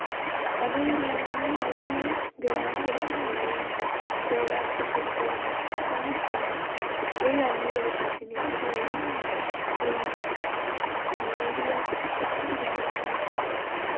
अवा जेल्लै एह् होंदा कि ग्रैह्न जेल्लै खतम होई जंदा ते औल्लै अस अशुद्ध होई जन्ने पता निं की एह् गल्ल मीं बड़ी फैसिनेटिड लगदी बड़ी मतलब कि अस अशुद्ध कि'यां होई जन्ने